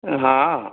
ହଁ ହଁ